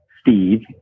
Steve